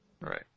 Right